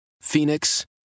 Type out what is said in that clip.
Phoenix